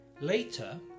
Later